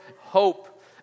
hope